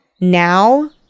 now